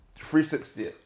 360